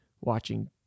watching